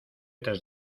tres